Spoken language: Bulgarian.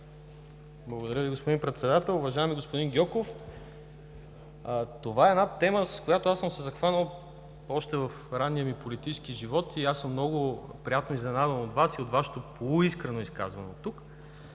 Благодаря Ви, господин Председател. Уважаеми господин Гьоков, това е тема, с която съм се захванал още в ранния ми политически живот. Аз съм много „приятно изненадан“ от Вас и от Вашето полуискрено изказване оттук.